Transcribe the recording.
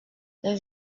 les